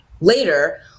later